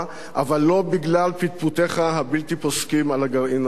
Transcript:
אבל לא בגלל פטפוטיך הבלתי-פוסקים על הגרעין האירני,